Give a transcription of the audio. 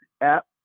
app